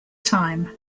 time